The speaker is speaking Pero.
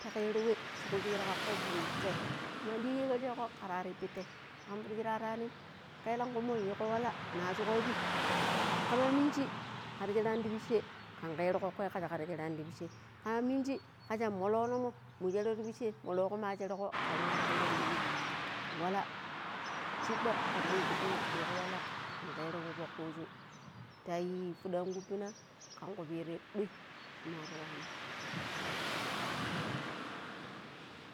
ta kero we shi ku pira kako mu yu tei kama dikko sheeƙo kara aari pittai? Akam pidi shi ar aranim kelankui mo yiiko wala najuko yaɓi kama minji kar sherani ti pisha kan kero ƙokkoi kasha kar sheerani ti pisshe, kama minji ka sha molonomo mu shera ti pishe molokoma shirko kanwa sheron ta pi wala shiɓɓa kan mun gbodina yugo walla kero we fok kuusu ta pidi ankuipina kan kupirai doi shi mari waani.